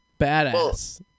badass